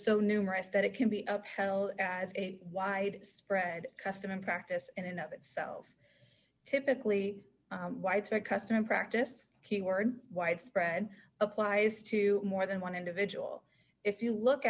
so numerous that it can be of hell as a widespread custom in practice and in of itself typically widespread custom practice keyword widespread applies to more than one individual if you look